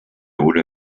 una